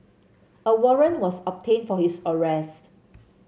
a warrant was obtained for his arrest